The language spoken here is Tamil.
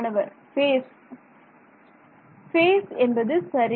மாணவர் ஃபேஸ் ஃபேஸ் என்பது சரி